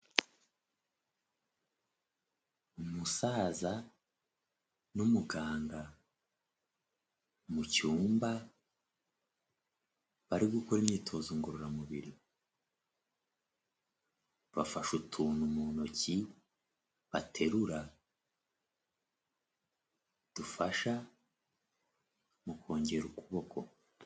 Umusaza n'umuganga mu cyumba bari gukora imyitozo ngorora mubiri, bafashe utuntu mu ntoki baterura dufasha mu kongera ukuboko.